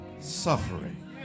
suffering